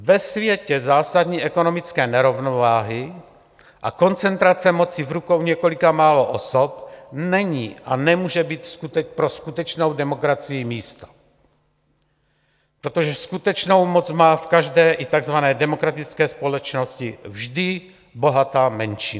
Ve světě zásadní ekonomické nerovnováhy a koncentrace moci v rukou několika málo osob není a nemůže být pro skutečnou demokracii místo, protože skutečnou moc má v každé i takzvané demokratické společnosti vždy bohatá menšina.